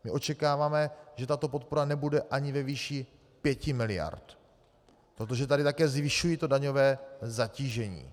My očekáváme, že tato podpora nebude ani ve výši 5 miliard, protože tady také zvyšují to daňové zatížení.